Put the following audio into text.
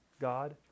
God